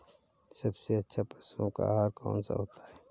सबसे अच्छा पशुओं का आहार कौन सा होता है?